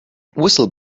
whistle